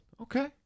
Okay